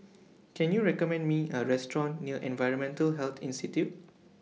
Can YOU recommend Me A Restaurant near Environmental Health Institute